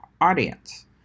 audience